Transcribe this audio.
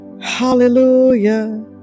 Hallelujah